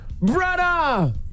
brother